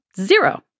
zero